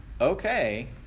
okay